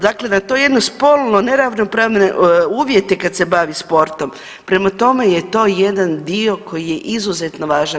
Dakle, na to jedno spolno neravnopravne uvjete kad se bavi sportom, prema tome je to jedan dio koji je izuzetno važan.